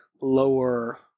lower